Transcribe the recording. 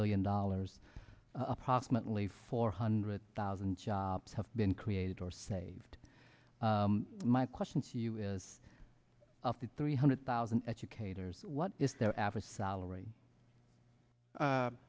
billion dollars approximately four hundred thousand jobs have been created or saved my question to you is up to three hundred thousand educators what is the average salary